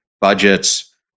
budgets